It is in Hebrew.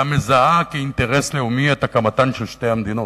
אלא מזהה כאינטרס לאומי את הקמתן של שתי המדינות.